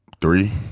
Three